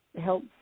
help